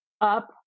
up